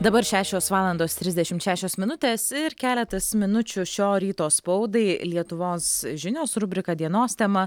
dabar šešios valandos trisdešimt šešios minutės ir keletas minučių šio ryto spaudai lietuvos žinios rubrika dienos tema